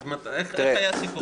אז איך היה סיכום?